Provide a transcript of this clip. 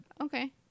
Okay